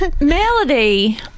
Melody